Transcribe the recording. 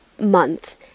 month